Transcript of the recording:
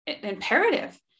imperative